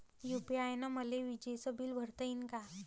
UPI न मले विजेचं बिल भरता यीन का?